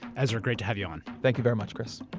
ezra, great to have you on. thank you very much, chris.